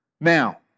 Now